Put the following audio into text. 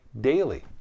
daily